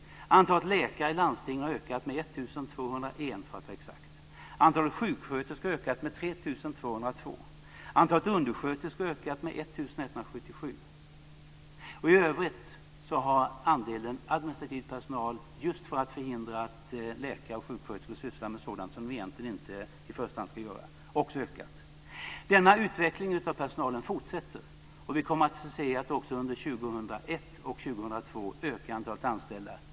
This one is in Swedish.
Antalet läkare i landstingen har ökat med 1 201. Antalet sjuksköterskor har ökat med övrigt har andelen administrativ personal också ökat, just för att förhindra att läkare och sjuksköterskor sysslar med sådant som de egentligen inte i första hand ska göra. Denna utveckling av personalen fortsätter. Vi kommer att få se att också under 2001 och 2002 ökar antalet anställda.